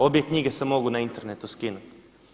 Obje knjige se mogu na internetu skinuti.